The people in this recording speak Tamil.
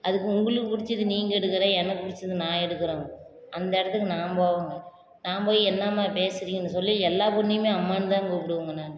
அதுக்கு உங்களுக்கு பிடிச்சது நீங்கள் எடுக்கறே எனக்கு பிடிச்சது நான் எடுக்குறேங்கும் அந்த இடத்துக்கு நான் போவேங்க நான் போய் என்னம்மா பேசுகிறீங்கன்னு சொல்லி எல்லா பொண்ணையுமே அம்மான்னு தான் கூப்பிடுவேங்க நான்